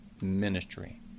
ministry